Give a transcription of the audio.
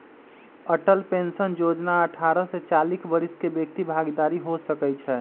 Atal pension जोजना अठारह से चालीस वरिस के व्यक्ति भागीदार हो सकइ छै